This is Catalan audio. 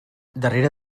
darrere